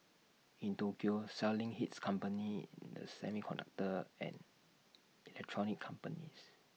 in Tokyo selling hit companies in the semiconductor and electronics companies